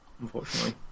unfortunately